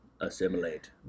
assimilate